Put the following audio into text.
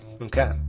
Okay